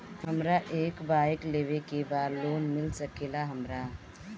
हमरा एक बाइक लेवे के बा लोन मिल सकेला हमरा?